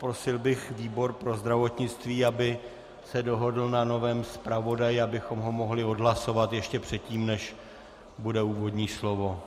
Poprosil bych výbor pro zdravotnictví, aby se dohodl na novém zpravodaji, abychom ho mohli odhlasovat ještě předtím, než bude úvodní slovo.